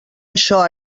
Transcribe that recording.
això